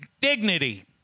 Dignity